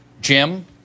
Jim